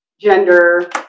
gender